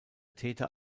täter